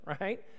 right